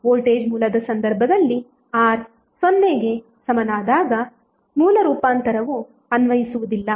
voltage ಮೂಲದ ಸಂದರ್ಭದಲ್ಲಿ R 0 ಗೆ ಸಮನಾದಾಗ ಮೂಲ ರೂಪಾಂತರವು ಅನ್ವಯಿಸುವುದಿಲ್ಲ